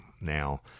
Now